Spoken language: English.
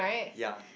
ya